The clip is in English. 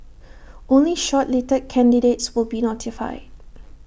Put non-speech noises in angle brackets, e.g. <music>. <noise> only shortlisted candidates will be notified